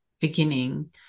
beginning